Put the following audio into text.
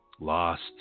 Lost